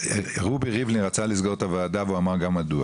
רובי ריבלין רצה לסגור את הוועדה והוא אמר גם מדוע